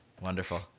Wonderful